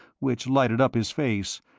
which lighted up his face,